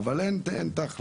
אבל אין תכלס,